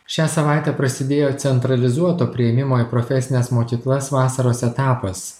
šią savaitę prasidėjo centralizuoto priėmimo į profesines mokyklas vasaros etapas